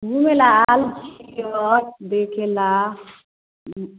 घुमय लए नहि मछली है बेचे लए हूँ